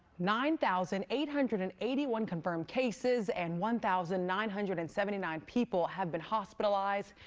nine thousand eight hundred and eighty one confirmed cases and one thousand nine hundred and seventy nine people have been hospitalized,